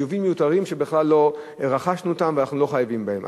חיובים מיותרים שבכלל לא רכשנו אותם ואנחנו לא חייבים בהם.